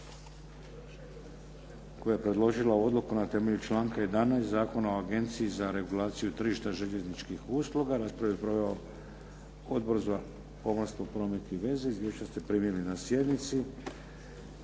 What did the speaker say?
koja je predložila odluku na temelju članka 11. Zakona o Agenciji za regulaciju tržišta željezničkih usluga. Raspravu je proveo Odbor za pomorstvo, promet i veze. Izvješća ste primili na sjednici.